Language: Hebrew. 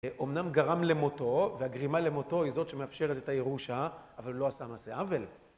אמנם גרם למותו, והגרימה למותו היא זאת שמאפשרת את הירושה, אבל לא עשה המעשא עוול.